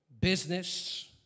business